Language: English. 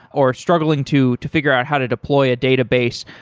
or struggling to to figure out how to deploy a database,